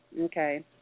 Okay